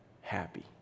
happy